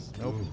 Nope